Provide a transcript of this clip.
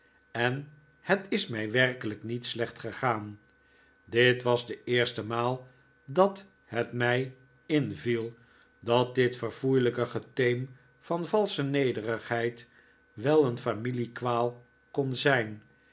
en het is mij werkelijk niet slecht gegaan dit was de eerste maal dat het mij inviel dat dit verfoeilijke geteem van valsche nederigheid wel een familiekwaal kon zijn